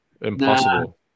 impossible